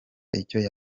icyo